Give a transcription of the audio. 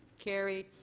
carried.